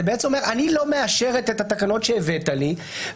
אני לא מאשרת את התקנות שהבאת לי,